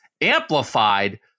amplified